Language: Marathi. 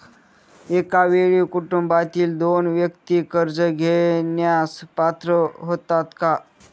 एका वेळी कुटुंबातील दोन व्यक्ती कर्ज घेण्यास पात्र होतात का?